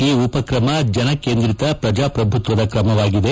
ಈ ಉಪಕ್ರಮ ಜನಕೇಂದ್ರಿತ ಕ್ರಜಾಪ್ರಭುತ್ವದ ಕ್ರಮವಾಗಿದೆ